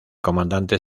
comandante